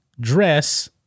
dress